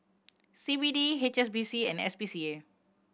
C B D H S B C and S P C A